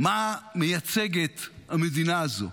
מה מייצגת המדינה הזאת?